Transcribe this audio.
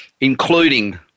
including